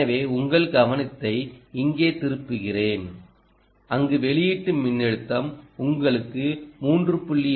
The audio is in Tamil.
எனவே உங்கள் கவனத்தை இங்கே திருப்புகிறேன் அங்கு வெளியீட்டு மின்னழுத்தம் உங்களுக்கு 3